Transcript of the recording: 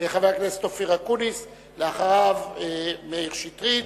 חבר הכנסת אופיר אקוניס, ואחריו, מאיר שטרית,